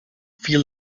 feel